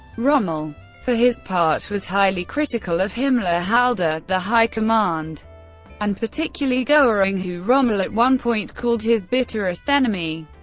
rommel for his part was highly critical of himmler, halder, the high command and particularly goering who rommel at one point called his bitterest enemy.